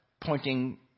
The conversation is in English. pointing